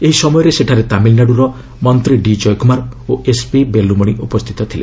ଏହି ସମୟରେ ସେଠାରେ ତାମିଲ୍ନାଡ୍ରର ମନ୍ତ୍ରୀ ଡି ଜୟକୃମାର ଓ ଏସ୍ପି ବେଲ୍ରମଣି ଉପସ୍ଥିତ ଥିଲେ